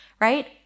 right